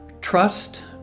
trust